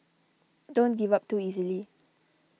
don't give up too easily